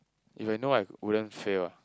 if I know I wouldn't fail ah